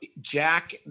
Jack